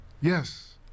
Yes